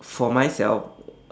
for myself